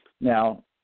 now